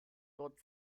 dort